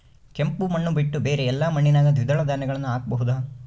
ಕೆಂಪು ಮಣ್ಣು ಬಿಟ್ಟು ಬೇರೆ ಎಲ್ಲಾ ಮಣ್ಣಿನಾಗ ದ್ವಿದಳ ಧಾನ್ಯಗಳನ್ನ ಹಾಕಬಹುದಾ?